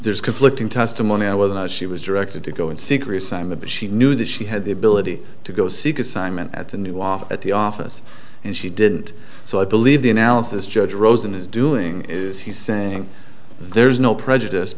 there's conflicting testimony on whether she was directed to go and seek reassignment but she knew that she had the ability to go seek assignment at the new off at the office and she did so i believe the analysis judge rosen is doing is he's saying there's no prejudice